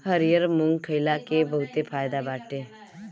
हरिहर मुंग खईला के बहुते फायदा बाटे